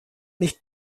nicht